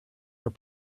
are